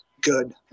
good